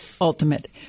ultimate